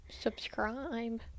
subscribe